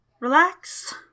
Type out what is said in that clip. Relax